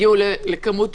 הגיעו לכמות